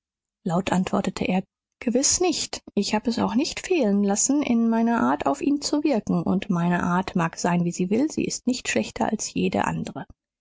laut antwortete er gewiß nicht ich habe es auch nicht fehlen lassen in meiner art auf ihn zu wirken und meine art mag sein wie sie will sie ist nicht schlechter als jede andre